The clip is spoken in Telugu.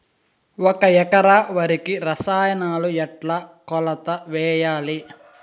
ఒక ఎకరా వరికి రసాయనాలు ఎట్లా కొలత వేయాలి?